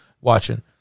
watching